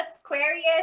Aquarius